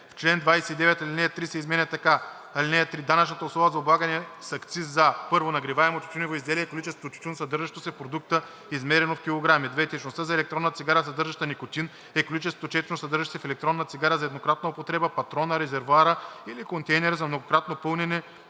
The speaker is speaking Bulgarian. В чл. 29 ал. 3 се изменя така: „(3) Данъчната основа за облагане с акциз за: 1. нагреваемо тютюнево изделие е количеството тютюн, съдържащ се в продукта, измерено в килограми; 2. течността за електронна цигара, съдържаща никотин, е количеството течност, съдържащо се в електронна цигара за еднократна употреба, патрона, резервоара или контейнера за многократно пълнене,